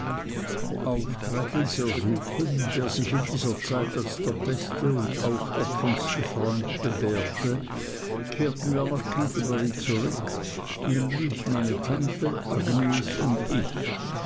auf traddles ersuchen der sich in dieser zeit als der beste und aufopferndste freund bewährte kehrten wir nach canterbury zurück nämlich meine tante agnes und ich